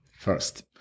first